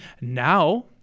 Now